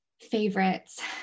favorites